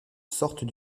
sortent